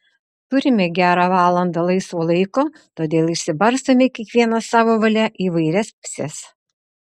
turime gerą valandą laisvo laiko todėl išsibarstome kiekvienas savo valia į įvairias puses